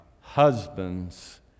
husbands